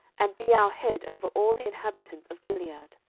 and be our head over all the inhabitants of gilead.